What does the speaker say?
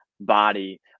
body